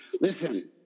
Listen